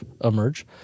emerge